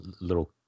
little